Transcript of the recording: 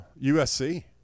USC